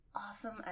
awesome